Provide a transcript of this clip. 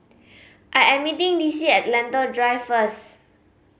I am meeting Dicie at Lentor Drive first